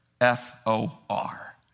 F-O-R